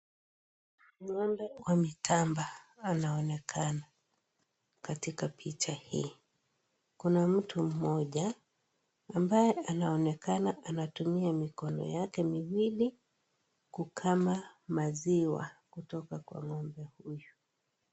Ngombe wa mitamba anaonekana katika picha hii. Kuna mtu mmoja ambaye anaonekana anatumia mikono yake miwili kukama maziwa kutoka kwa ngombe huyu.